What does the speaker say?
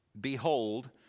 behold